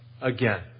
Again